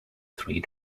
three